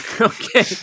okay